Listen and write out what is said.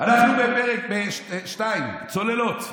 אנחנו בפרק 2, צוללות.